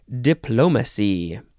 diplomacy